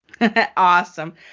Awesome